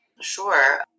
Sure